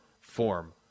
form